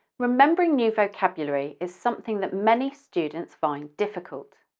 remembering new vocabulary is something that many students find difficult.